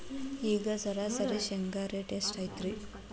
ಈಗ ಸರಾಸರಿ ಶೇಂಗಾ ರೇಟ್ ಎಷ್ಟು ಐತ್ರಿ?